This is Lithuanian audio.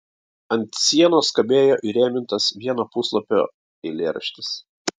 ant sienos kabėjo įrėmintas vieno puslapio eilėraštis